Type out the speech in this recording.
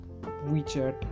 weChat